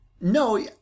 No